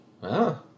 Wow